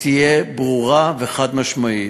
תהיה ברורה וחד-משמעית.